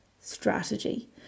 strategy